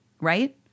right